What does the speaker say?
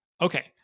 Okay